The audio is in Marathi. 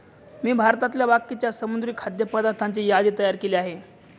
मी भारतातल्या बाकीच्या समुद्री खाद्य पदार्थांची यादी तयार केली आहे